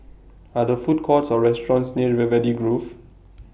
Are The Food Courts Or restaurants near River Valley Grove